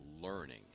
learning